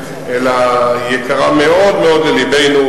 אלא היא יקרה מאוד מאוד ללבנו.